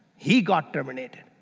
he got terminated.